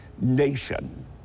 nation